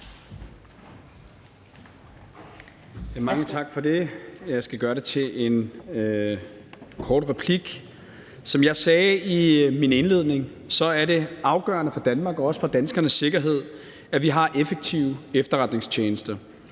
Mange tak for det. Jeg skal gøre det til en kort replik. Som jeg sagde i min indledning, er det afgørende for Danmark og også for danskernes sikkerhed, at vi har effektive efterretningstjenester,